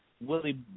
Willie